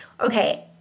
okay